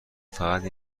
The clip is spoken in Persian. فقط